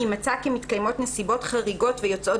אם מצא כי מתקיימות נסיבות חריגות ויוצאות